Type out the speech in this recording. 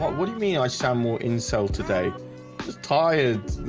what do you mean i sound more insulted a just tired